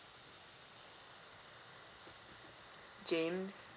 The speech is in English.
james